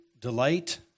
delight